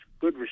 good